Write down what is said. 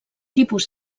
tipus